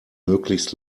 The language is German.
möglichst